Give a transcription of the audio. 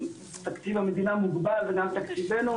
תקציב המדינה מוגבל וגם תקציבנו,